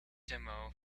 demo